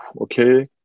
okay